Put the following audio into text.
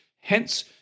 Hence